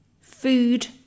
food